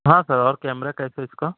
ہاں سر اور کیمرا کیسا ہے اس کا